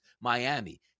Miami